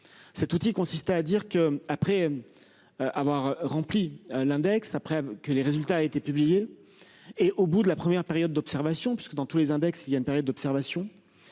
Cet outil consistait à dire que après. Avoir rempli l'index après que les résultats étaient publiés et au bout de la première période d'observation, parce que dans tous les index. Il y a une période d'observation.